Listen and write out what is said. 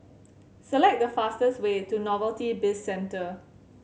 select the fastest way to Novelty Bizcentre